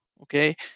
Okay